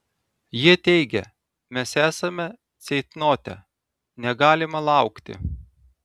jie teigia mes esame ceitnote negalime laukti